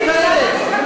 כן,